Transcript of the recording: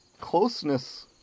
closeness